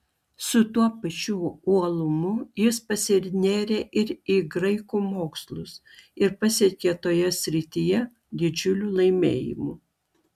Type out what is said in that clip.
su tuo pačiu uolumu jis pasinėrė ir į graikų mokslus ir pasiekė toje srityje didžiulių laimėjimų